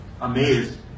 amazed